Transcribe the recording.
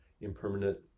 impermanent